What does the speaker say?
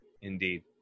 Indeed